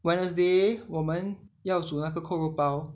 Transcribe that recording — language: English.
wednesday 我们要煮那个扣肉包